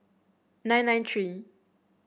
nine nine three